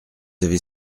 avez